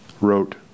wrote